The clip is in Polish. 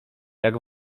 jak